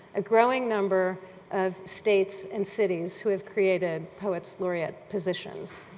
a growing number of states and cities who have created poets laureate positions.